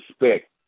respect